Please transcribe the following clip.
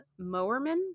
Mowerman